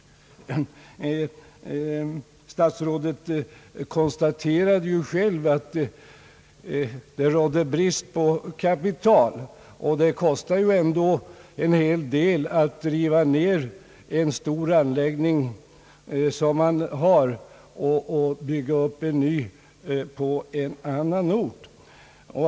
Statsrådet konstaterade ju själv att det rådde brist på kapital, och det kostar i alla fall en hel del att riva ner en stor anläggning och bygga upp en ny på en annan ort.